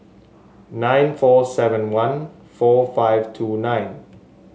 nine four seven one four five two nine